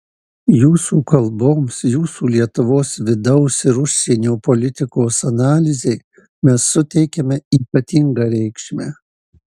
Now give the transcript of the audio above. jūsų kalboms jūsų lietuvos vidaus ir užsienio politikos analizei mes suteikiame ypatingą reikšmę